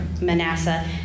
Manasseh